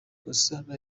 gasana